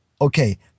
Okay